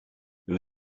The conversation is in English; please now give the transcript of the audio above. there